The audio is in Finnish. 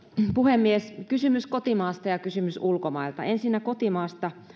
puhemies kysymys kotimaasta ja kysymys ulkomailta ensinnä kotimaasta